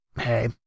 hey